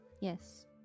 Yes